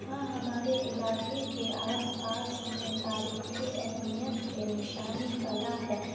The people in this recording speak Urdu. ہاں ہمارے علاکے کے آس پاس میں تاریخی اہمیت کے نشانی کلا ہے